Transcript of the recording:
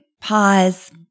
pause